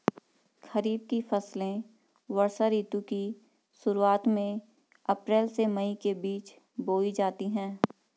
खरीफ की फसलें वर्षा ऋतु की शुरुआत में, अप्रैल से मई के बीच बोई जाती हैं